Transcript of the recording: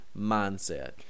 mindset